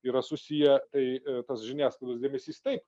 yra susiję tai tas žiniasklaidos dėmesys taip